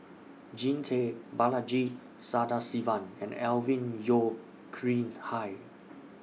Jean Tay Balaji Sadasivan and Alvin Yeo Khirn Hai